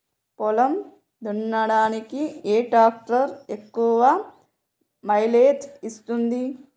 పొలం దున్నడానికి ఏ ట్రాక్టర్ ఎక్కువ మైలేజ్ ఇస్తుంది?